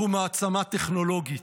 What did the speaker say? אנחנו מעצמה טכנולוגית,